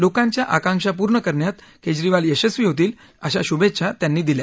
लोकांच्या आकांक्षा पूर्ण करण्यात केजरीवाल यशस्वी होतील अशा शुभेच्छा त्यांनी दिल्या